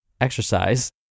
exercise